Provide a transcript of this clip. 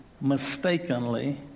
mistakenly